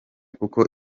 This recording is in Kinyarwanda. kuko